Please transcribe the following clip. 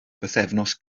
bythefnos